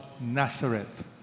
Nazareth